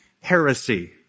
heresy